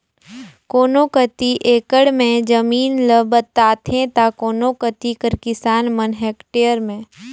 कोनो कती एकड़ में जमीन ल बताथें ता कोनो कती कर किसान मन हेक्टेयर में